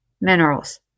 minerals